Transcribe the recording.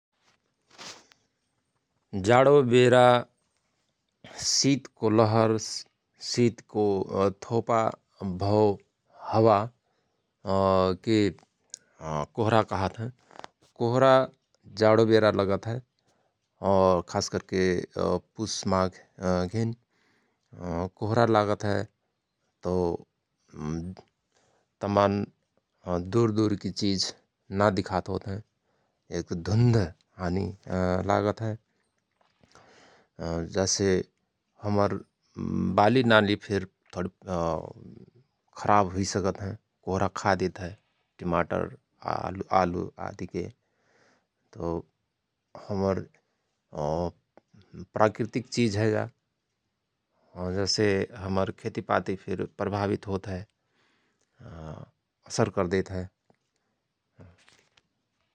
जाणो बेरा शितको लहर शितको अ थोपा भओ हवा के कोहरा कहत हयं । कोहरा जाणो बेरा लगतहय और खास करके पुष माह घेन कोहरा लागत हय । तओ तमान दुर दुर कि चिझ ना दिखात होत हयं एक धुन्धहानी लागत हय । जासे हमर बालीनाली फिर थुर खराव हुई सकत हयं । कोहरा खा देत हय टिमाटर आल आलु आदिके तओ हमर प्राकृतिक चिझ हय जा जासे हमर खेतीपाति फिर प्रभावित होत हय असर कर देत हय ।